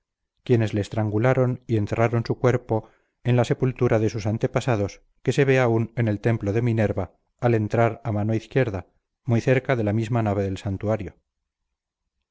quiénes le estrangularon y enterraron su cuerpo en la sepultura de sus antepasados que se ve aun en el templo de minerva al entrar a mano izquierda muy cerca de la misma nave del santuario